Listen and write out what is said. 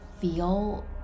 feel